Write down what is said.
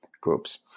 groups